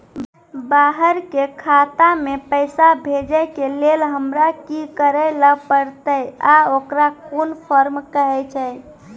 बाहर के खाता मे पैसा भेजै के लेल हमरा की करै ला परतै आ ओकरा कुन फॉर्म कहैय छै?